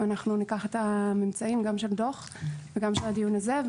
אנחנו ניקח את הממצאים גם של הדוח וגם של הדיון הזה,